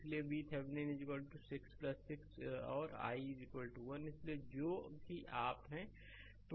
इसलिए VThevenin 6 6 और i 1 इसलिए जो कि आप है